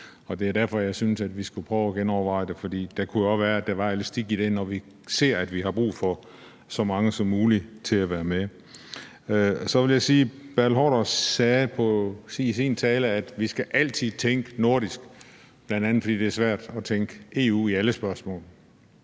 og det er derfor, jeg synes, at vi skulle prøve at genoverveje det, for det kunne også være, at der var elastik i det, når vi ser, at vi har brug for så mange som muligt til at være med. Hr. Bertel Haarder sagde i sin tale, at vi altid skal tænke nordisk, bl.a. fordi det er svært at tænke EU i alle spørgsmål.